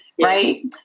right